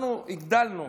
אנחנו הגדלנו